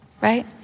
right